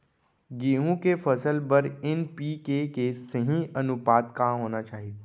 गेहूँ के फसल बर एन.पी.के के सही अनुपात का होना चाही?